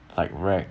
like racks